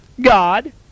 God